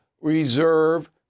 reserve